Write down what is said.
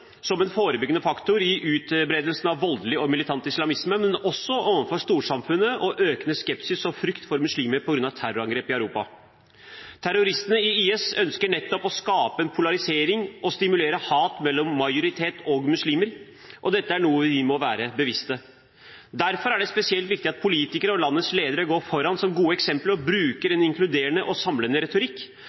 som forebyggende faktor når det gjelder utbredelsen av voldelig og militant islamisme, og overfor storsamfunnet og økende skepsis og frykt for muslimer på grunn av terrorangrep i Europa. Terroristene i IS ønsker nettopp å skape en polarisering og stimulere til hat mellom majoritet og muslimer, og dette er noe vi må være bevisste på. Derfor er det spesielt viktig at politikere og landets ledere går foran med et godt eksempel og bruker en inkluderende og samlende retorikk